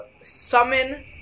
summon